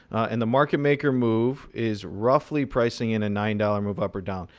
and the market maker move is roughly pricing in a nine dollars move up or down.